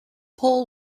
paul